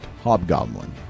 hobgoblin